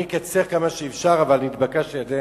אני אקצר כמה שאפשר, אבל התבקשתי על-ידי